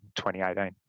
2018